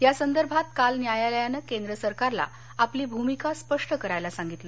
या संदर्भात काल न्यायालयानं केंद्र सरकारला आपली भूमिका स्पष्ट करायला सांगितलं